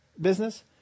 business